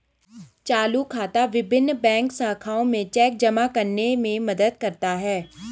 चालू खाता विभिन्न बैंक शाखाओं में चेक जमा करने में मदद करता है